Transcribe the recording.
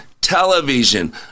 television